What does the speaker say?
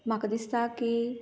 म्हाका दिसता की